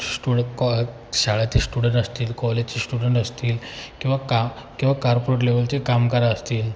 stood कॉ शाळेचे student असतील कॉलेजचे स्टुडन असतील किंवा का किंवा कार्पोरेट लेवलचे कामगार असतील